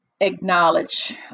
acknowledge